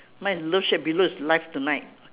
mine is love shack below is live tonight